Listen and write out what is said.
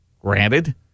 Granted